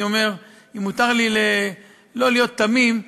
אם מותר לי לא להיות תמים,